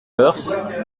woerth